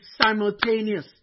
simultaneous